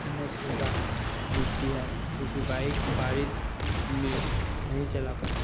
अन्य सुविधा मिलती है क्योंकि बाइक बारिश में नहीं चला पाते